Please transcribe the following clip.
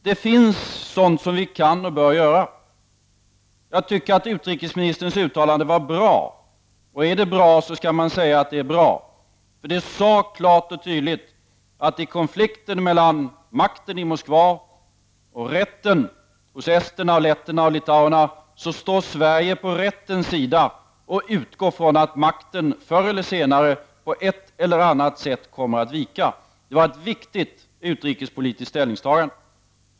Det finns sådant som vi kan och bör göra. Jag tycker att utrikesministerns uttalande var bra. Är det bra, skall man också säga det. I uttalandet redovisades klart och tydligt att i konflikten mellan makten i Moskva och rätten hos esterna, letterna och litauerna står Sverige på rättens sida och utgår från att makten förr eller senare på ett eller annat sätt kommer att vika. Det var ett viktigt utrikespolitiskt ställningstagande.